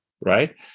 right